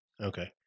Okay